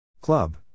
Club